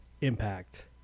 impact